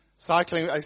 Cycling